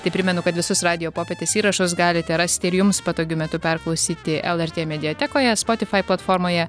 tai primenu kad visus radijo popietės įrašus galite rasti ir jums patogiu metu perklausyti lrt mediatekoje spotify platformoje